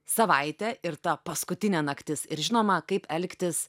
savaitė ir ta paskutinė naktis ir žinoma kaip elgtis